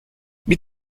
mit